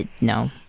no